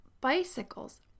bicycles